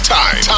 time